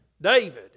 David